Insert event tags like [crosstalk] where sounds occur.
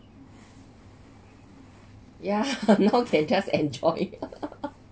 ya now can just enjoy [laughs]